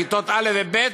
כיתות א' וב',